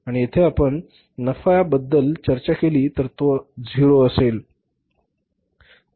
आणि येथे आपण नफ्या बद्दल चर्चा केली तर तो असेल 0